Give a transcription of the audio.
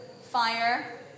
fire